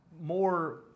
more